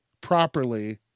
properly